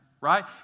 Right